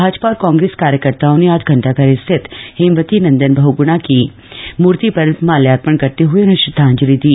भाजपा और कांग्रेस कार्यकर्ताओं ने आज घंटोघर स्थित हेमवती नंदन बहुगुणा की मूर्ति पर माल्यार्पण करते हुए उन्हें श्रद्वांजलि दी